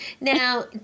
Now